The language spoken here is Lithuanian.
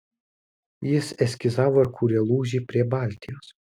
jis eskizavo ir kūrė lūžį prie baltijos